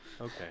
Okay